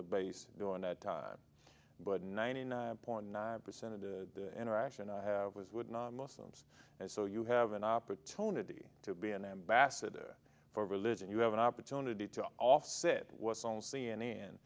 the base doing that time but ninety nine point nine percent of the interaction i have was would not muslims and so you have an opportunity to be an ambassador for religion you have an opportunity to offset was on c